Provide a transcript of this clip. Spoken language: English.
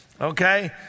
Okay